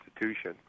institution